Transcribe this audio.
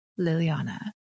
Liliana